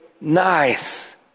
nice